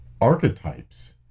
archetypes